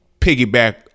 piggyback